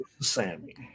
Sammy